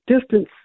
distance